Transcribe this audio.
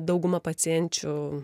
dauguma pacienčių